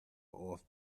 off